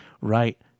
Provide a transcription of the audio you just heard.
right